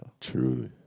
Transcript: Truly